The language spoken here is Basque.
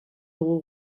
dugu